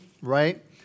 right